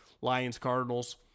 Lions-Cardinals